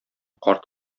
карт